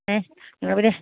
ഏ എന്നാൽ പിന്നേ